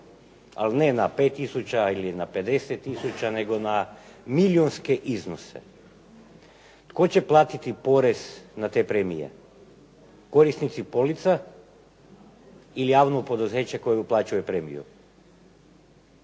ali ne na 5000 ili na 50000 nego na milijunske iznose. Tko će platiti porez na te premije? Korisnici polica ili javno poduzeće koje uplaćuje premiju.